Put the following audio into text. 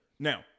Now